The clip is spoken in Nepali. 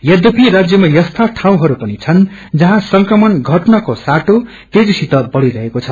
यद्यपि राज्यमा यस्ता ठाउँहरू पनि छन् जहाँ संक्रमण घटनको साटो तेजीसंसित फैलिरहेको छ